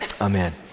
amen